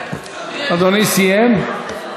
אדוני סיים?